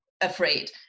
afraid